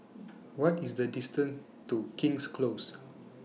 What IS The distance to King's Close